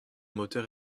moteur